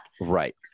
Right